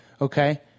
okay